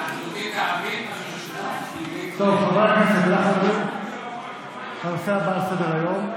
המדינה, טוב, חברי הכנסת, הנושא הבא על סדר-היום,